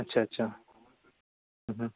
अच्छा अच्छा